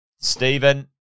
Stephen